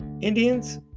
Indians